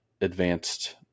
advanced